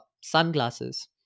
sunglasses